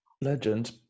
Legend